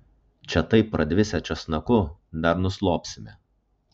čia taip pradvisę česnaku dar nuslopsime